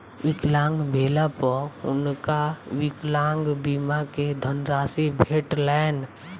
विकलांग भेला पर हुनका विकलांग बीमा के धनराशि भेटलैन